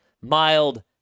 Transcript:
mild